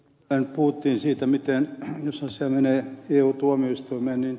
täällä puhuttiin siitä jos asia menee eu tuomioistuimeen